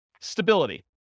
Stability